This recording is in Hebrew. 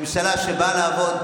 זו ממשלה שבאה לעבוד,